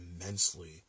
immensely